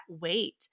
weight